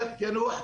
ג'ת-יאנוח,